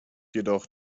jedoch